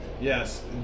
Yes